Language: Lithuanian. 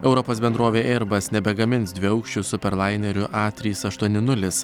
europos bendrovė eirbas nebegamins dviaukščių super lainerių a trys aštuoni nulis